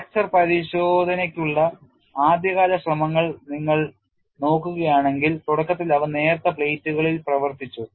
fracture പരിശോധനയ്ക്കുള്ള ആദ്യകാല ശ്രമങ്ങൾ നിങ്ങൾ നോക്കുകയാണെങ്കിൽ തുടക്കത്തിൽ അവ നേർത്ത പ്ലേറ്റുകളിൽ പ്രവർത്തിച്ചു